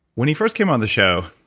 when he first came on the show,